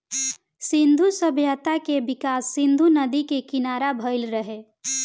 सिंधु सभ्यता के विकास सिंधु नदी के किनारा भईल रहे